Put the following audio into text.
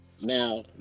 now